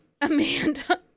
Amanda